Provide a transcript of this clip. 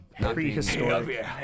Prehistoric